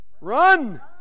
run